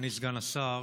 אדוני סגן השר,